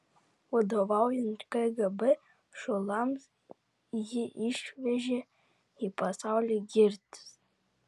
vadovaujant kgb šulams jį išvežė į pasaulį girtis